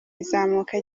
izamuka